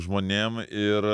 žmonėm ir